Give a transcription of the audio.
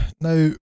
Now